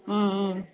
ம் ம்